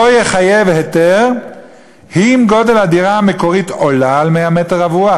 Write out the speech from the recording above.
לא יחייב היתר אם גודל הדירה המקורית עולה על 100 מטר רבוע,